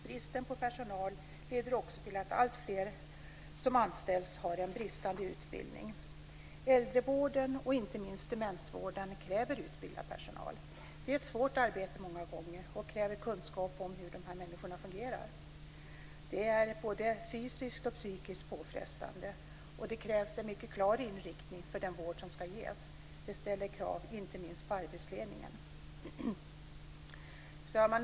Bristen på personal leder också till att alltfler som anställs har bristande utbildning. Äldrevården, och inte minst demensvården, kräver utbildad personal. Det är ett svårt arbete många gånger, och det kräver kunskap om hur de här människorna fungerar. Det är både fysiskt och psykiskt påfrestande, och det krävs en mycket klar inriktning för den vård som ska ges. Det ställer krav - inte minst på arbetsledningen. Fru talman!